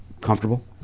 Comfortable